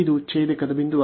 ಇದು ಛೇದಕದ ಬಿಂದುವಾಗಿದೆ